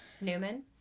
Newman